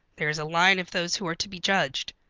there is a line of those who are to be judged,